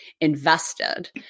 invested